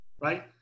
right